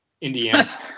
Indiana